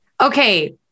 Okay